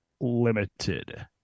limited